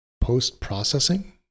post-processing